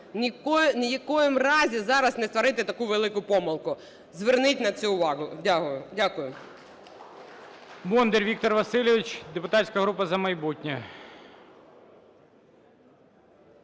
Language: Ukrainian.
в якому разі зараз не створити таку велику помилку. Зверніть на це увагу. Дякую.